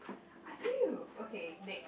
I feel okay next